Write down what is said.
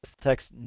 text